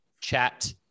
chat